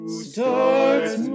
starts